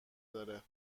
داره